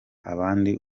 abandi